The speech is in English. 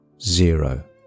zero